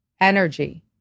energy